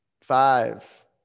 Five